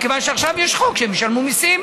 מכיוון שעכשיו יש חוק שהם ישלמו מיסים,